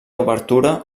obertura